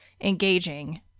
engaging